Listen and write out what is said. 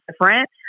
different